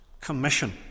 commission